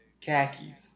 khakis